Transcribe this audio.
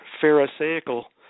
Pharisaical